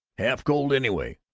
half cold, anyway!